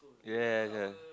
yea yea